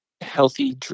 healthy